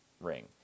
ring